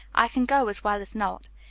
i can go as well as not.